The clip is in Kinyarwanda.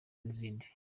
n’izindi